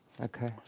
Okay